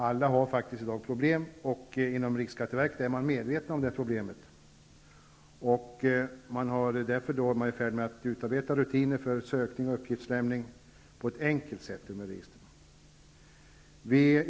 Alla har problem, och inom riksskatteverket är man medveten om problemet och är därför i färd med att utarbeta rutiner för sökning och uppgiftslämning på ett enkelt sätt ur dessa register.